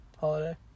holiday